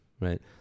right